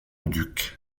duc